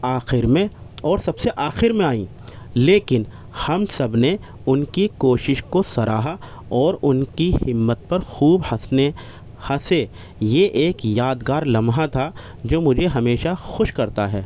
آخر میں اور سب سے آخر میں آئیں لیکن ہم سب نے ان کی کوشش کو سراہا اور ان کی ہمت پر خوب ہنسنے ہنسے یہ ایک یادگار لمحہ تھا جو مجھے ہمیشہ خوش کرتا ہے